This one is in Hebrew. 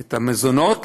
את המזונות,